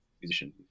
musician